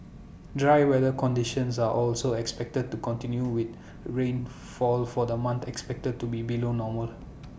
dry weather conditions are also expected to continue with rainfall for the month expected to be below normal